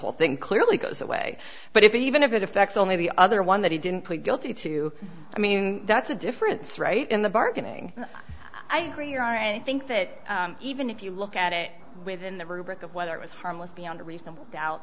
whole thing clearly goes away but if it even if it affects only the other one that he didn't plead guilty to i mean that's a difference right in the bargaining i agree you're i think that even if you look at it within the rubric of whether it was harmless beyond reasonable doubt